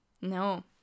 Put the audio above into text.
no